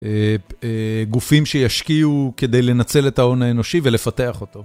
גופים שישקיעו כדי לנצל את ההון האנושי ולפתח אותו.